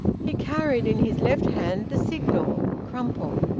he carried in his left hand the signal, crumpled.